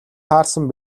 таарсан